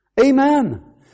Amen